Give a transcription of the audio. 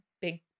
big